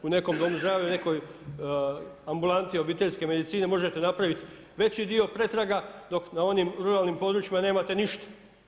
U nekom domu zdravlja, u nekoj ambulanti obiteljske medicine možete napraviti veći dio pretraga, dok na onim ruralnim područjima nemate ništa.